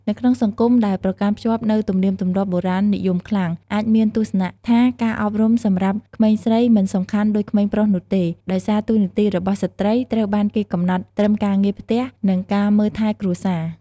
នៅក្នុងសង្គមដែលប្រកាន់ខ្ជាប់នូវទំនៀមទម្លាប់បុរាណនិយមខ្លាំង អាចមានទស្សនៈថាការអប់រំសម្រាប់ក្មេងស្រីមិនសំខាន់ដូចក្មេងប្រុសនោះទេ ដោយសារតួនាទីរបស់ស្ត្រីត្រូវបានគេកំណត់ត្រឹមការងារផ្ទះ និងការមើលថែគ្រួសារ។